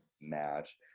match